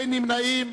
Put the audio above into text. אין נמנעים.